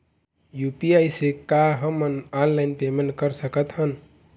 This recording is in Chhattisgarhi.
यू.पी.आई से का हमन ऑनलाइन पेमेंट कर सकत हन?